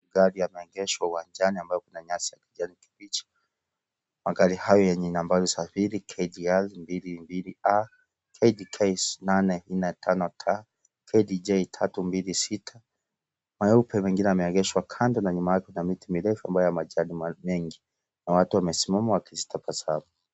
Magari yameegeshwa uwanja ambayo kuna nyasi ya kijani kibichi. Magari hayo yenye nambari ya usajili KDR 22A, KDK 845T, KDJ 326. Meupe mengine yameegeshwa kando na nyuma yake kuna miti mirefu ambayo ya majani mengi. Na watu wamesimama wakitabasamu.